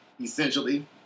essentially